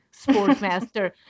Sportsmaster